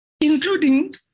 including